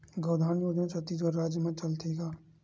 गौधन योजना छत्तीसगढ़ राज्य मा चलथे का?